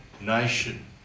nation